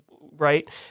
right